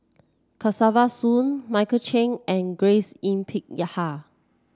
Kesavan Soon Michael Chiang and Grace Yin Peck Ya Ha